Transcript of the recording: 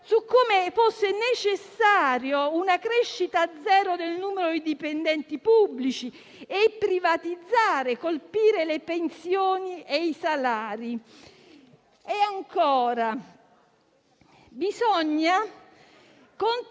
su come vi fosse necessità di una crescita zero del numero dei dipendenti pubblici e di privatizzare, di colpire le pensioni e i salari e, ancora, di contenere